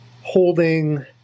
holding